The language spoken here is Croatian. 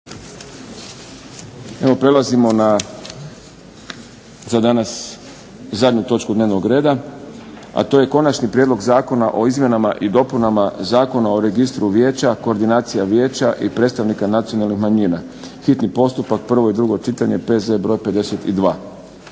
Evo prelazimo na za danas zadnju točku dnevnog reda. A to je - Konačni prijedlog Zakona o izmjenama i dopunama Zakona o Registru Vijeća, koordinacija vijeća i predstavnika nacionalnih manjina, hitni postupak, prvo i drugo čitanje, P.Z. br. 52